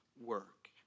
work